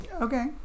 Okay